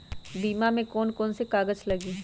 बीमा में कौन कौन से कागज लगी?